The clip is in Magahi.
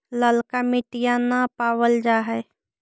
ललका मिटीया न पाबल जा है?